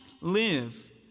live